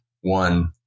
one